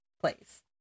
place